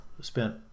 spent